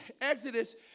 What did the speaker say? Exodus